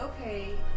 okay